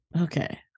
Okay